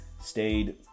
stayed